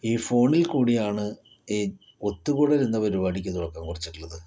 ഈ ഫോണിൽ കൂടിയാണ് ഈ ഒത്തുകൂടൽ എന്ന പരിപാടിക്ക് തുടക്കം കുറിച്ചിട്ടുള്ളത്